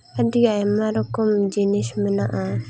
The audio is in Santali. ᱟᱹᱰᱤ ᱟᱭᱢᱟ ᱨᱚᱠᱚᱢ ᱡᱤᱱᱤᱥ ᱢᱮᱱᱟᱜᱼᱟ